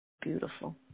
Beautiful